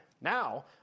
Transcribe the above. Now